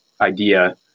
idea